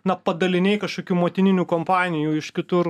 na padaliniai kažkokių motininių kompanijų iš kitur